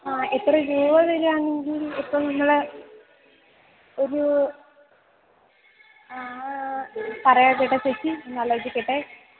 ആ എത്ര രൂപ തരികയാണെങ്കിൽ ഇപ്പം നമ്മൾ ഒരു പറയാം കേട്ടോ ചേച്ചി ഒന്നാലോചിക്കട്ടെ